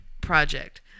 project